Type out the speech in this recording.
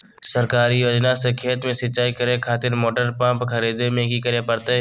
सरकारी योजना से खेत में सिंचाई करे खातिर मोटर पंप खरीदे में की करे परतय?